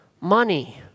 Money